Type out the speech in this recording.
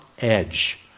edge